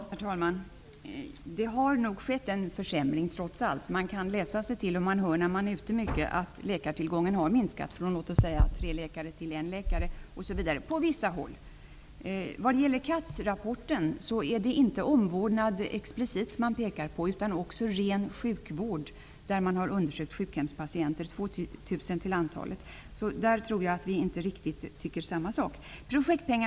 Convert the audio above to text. Herr talman! Det har nog trots allt skett en försämring. Man kan läsa sig till det och kan också när man är ute i landet höra att läkartillgången har minskat på vissa håll, t.ex. från tre läkare till en. Vad gäller Katz-rapporten är det inte explicit omvårdnad som man pekar på utan också på ren sjukvård. Man har undersökt 2 000 sjukhemspatienter. På den punkten har vi inte riktigt samma uppfattning.